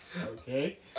Okay